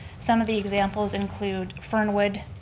some of the examples include fernwood,